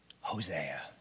Hosea